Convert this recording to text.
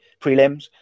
prelims